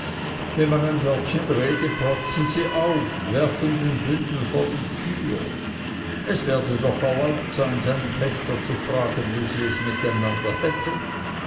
wenn man ein wörtchen rede protzen sie auf werfen den bündel vor die türe es werde doch erlaubt sein seinen pächter zu fragen wie sie es mit einander hätten